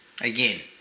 Again